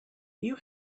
you